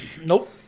Nope